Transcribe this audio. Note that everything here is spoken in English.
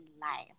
life